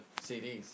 CDs